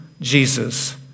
Jesus